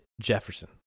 Jefferson